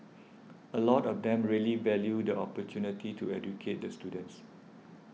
a lot of them really value the opportunity to educate the students